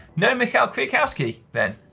no michael kiwatowski then?